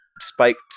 spiked